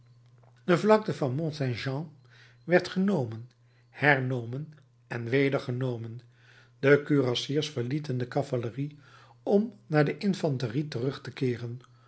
de vlakte van mont saint jean werd genomen hernomen en weder genomen de kurassiers verlieten de cavalerie om naar de infanterie terug te keeren